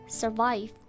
survive